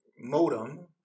modem